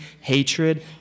hatred